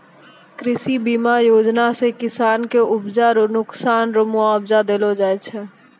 कृषि बीमा योजना से किसान के उपजा रो नुकसान रो मुआबजा देलो जाय छै